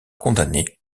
condamné